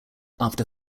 after